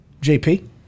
jp